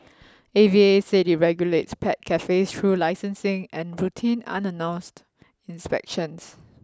A V A said it regulates pet cafes through licensing and routine unannounced inspections